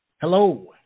Hello